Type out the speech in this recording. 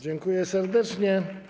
Dziękuję serdecznie.